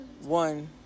one